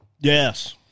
Yes